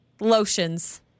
lotions